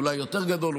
אולי יותר גדול,